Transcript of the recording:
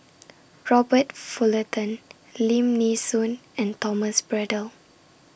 Robert Fullerton Lim Nee Soon and Thomas Braddell